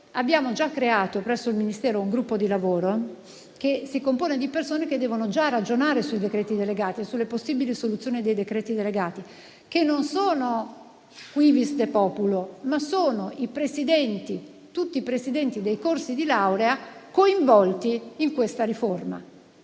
abbiamo già creato presso il Ministero un gruppo di lavoro, che si compone di persone che devono già ragionare sui decreti delegati e sulle possibili soluzioni dei decreti delegati: non sono *quivis de populo*, ma sono tutti i presidenti dei corsi di laurea coinvolti in questa riforma.